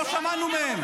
לא שמענו מהם.